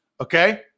okay